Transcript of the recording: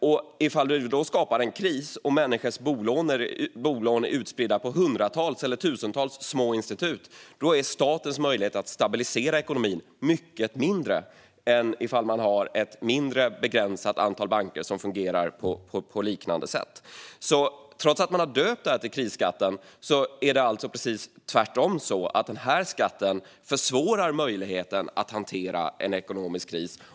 Om det uppstår en kris och människors bolån är utspridda på hundratals eller tusentals små institut är statens möjlighet att stabilisera ekonomin mycket mindre än om man har ett mindre, begränsat antal banker som fungerar på liknande sätt. Trots att man har döpt det här till "riskskatt" är det alltså precis tvärtom så att denna skatt försvårar möjligheten att hantera en ekonomisk kris.